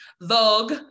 Vogue